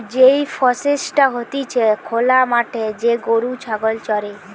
যেই প্রসেসটা হতিছে খোলা মাঠে যে গরু ছাগল চরে